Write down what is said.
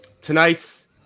tonight's